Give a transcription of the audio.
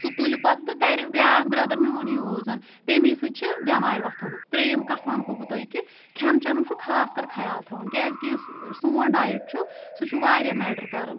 سُہ تُلہِ پتہٕ تہٕ کَرِ بیاکھ برٛدَر میون یوٗز تَمی سۭتۍ چھِ بٮ۪مارۍ وَتَھان ترٛییِم کَتھ وَنہو بہٕ تۄہہِ کہِ کھٮ۪ن چٮ۪نُک چُھ خاص کر خیال تھاوُن کیازکہِ یُس سون ڈایِٹ چھُ سُہ چھُ واریاہ میٹَر کَران